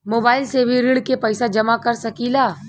Mobile से भी ऋण के पैसा जमा कर सकी ला?